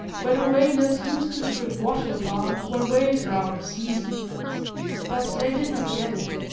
where the whalers used to strip wattle bark when whales were out of season but they did not get it.